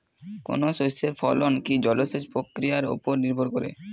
কোনো শস্যের ফলন কি জলসেচ প্রক্রিয়ার ওপর নির্ভর করে?